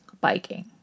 biking